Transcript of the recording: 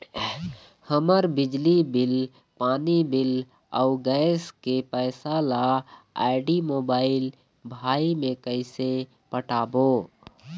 हमर बिजली बिल, पानी बिल, अऊ गैस के पैसा ला आईडी, मोबाइल, भाई मे कइसे पटाबो?